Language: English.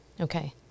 Okay